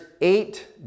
eight